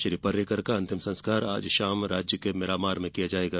श्री पर्रिकर का अंतिम संस्कार आज शाम राज्य के मिरामार में किया जाएगा